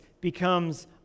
becomes